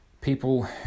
people